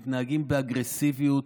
מתנהגים באגרסיביות,